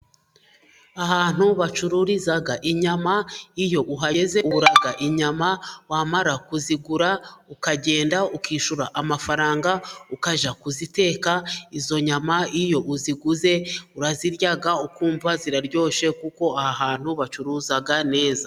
Ahantu bacururiza inyama, iyo uhageze ugura inyama, wamara kuzigura ukagenda ukishyura amafaranga, ukajya kuziteka, izo nyama iyo uziguze urazirya ukumva ziraryoshye, kuko aha hantu bacuruza neza.